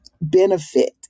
benefit